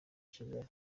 kigali